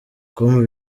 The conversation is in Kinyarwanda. com